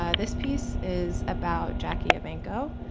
ah this piece is about jackie evancho.